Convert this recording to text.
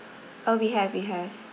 uh we have we have